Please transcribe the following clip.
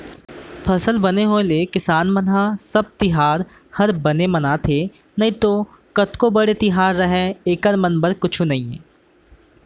फसल बने होय ले किसान मन ह सब तिहार हर बने मनाथे नइतो कतको बड़े तिहार रहय एकर मन बर कुछु नइये